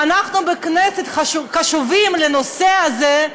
אנחנו בכנסת קשובים לנושא הזה,